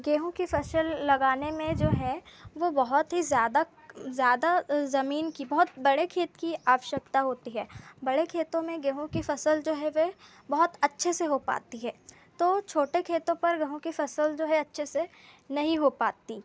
गेहूँ की फसल लगाने में जो है वह बहुत ही ज़्यादा ज़्यादा ज़मीन की बहुत बड़े खेत की आवश्यकता होती है बड़े खेतों में गेहूँ की फसल जो है वह बहुत अच्छे से हो पाती है तो छोटे खेतों पर गेहूँ की फसल जो है अच्छे से नहीं हो पाती